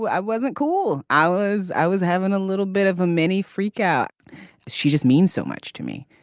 i wasn't cool. i was i was having a little bit of a mini freak out she just means so much to me.